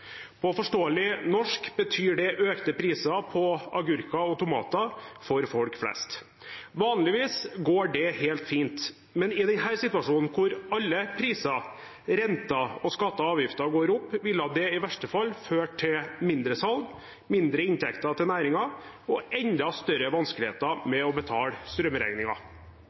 På forståelig norsk betyr det økte priser på agurker og tomater for folk flest. Vanligvis går det helt fint, men i denne situasjonen, når alle priser, renter, skatter og avgifter går opp, vil det i verste fall føre til mindre salg, mindre inntekter til næringen og enda større vanskeligheter med å betale